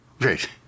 Great